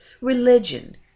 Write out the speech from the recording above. religion